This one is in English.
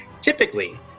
Typically